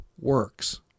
works